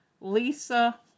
Lisa